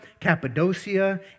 Cappadocia